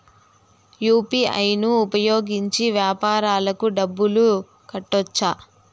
UPI ను ఉపయోగించి వ్యాపారాలకు డబ్బులు కట్టొచ్చా?